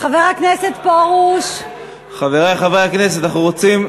חבר הכנסת פרוש, חברי חברי הכנסת, אנחנו רוצים,